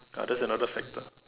ah that's another factor